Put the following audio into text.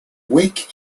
wick